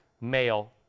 male